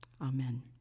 Amen